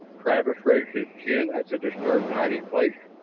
travis raised his chin at the disturbed hiding place.